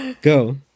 go